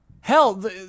Hell